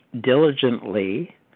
diligently